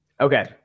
Okay